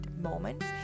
moments